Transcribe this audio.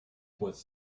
was